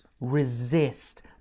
resist